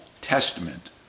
Testament